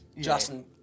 Justin